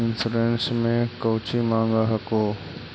Insurance मे कौची माँग हको?